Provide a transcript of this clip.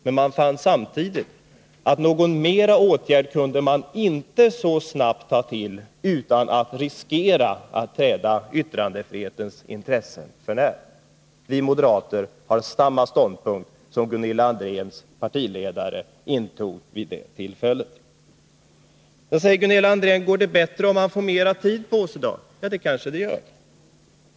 Men man fann samtidigt att man så snabbt inte kunde ta till någon ytterligare åtgärd, utan att riskera skada yttrandefriheten. Vi moderater intar samma ståndpunkt som Gunilla Andrés partiledare intog vid detta tillfälle. Sedan säger Gunilla André: Går det bättre om man får mera tid på sig då? Ja, det kanske det gör.